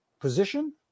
position